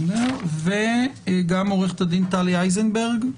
גם עורכת הדין טלי איזנברג,